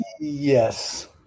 Yes